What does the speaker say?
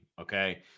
Okay